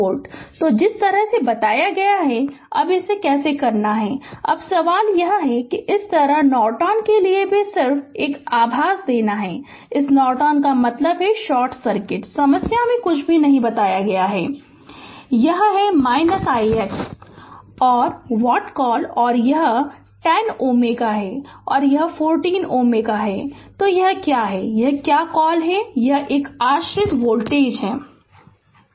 तो जिस तरह से बताया गया है कि अब इसे कैसे करना है अब सवाल है इसी तरह नॉर्टन के लिए भी सिर्फ एक आभास देना इस नॉर्टन का मतलब है शॉर्ट सर्किट समस्या में कुछ भी नहीं बताया गया है Refer Slide Time 1936 यह है ix और क्या कॉल और यह 10 Ω है और यह 40 Ω है और यह है क्या कॉल यह एक आश्रित वोल्टेज स्रोत है